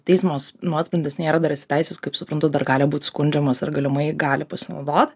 teismo nuosprendis nėra dar įsiteisėjęs kaip suprantu dar gali būt skundžiamas ar galimai gali pasinaudot